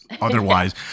otherwise